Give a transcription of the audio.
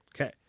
Okay